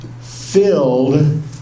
filled